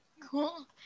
Cool